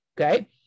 Okay